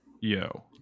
Yo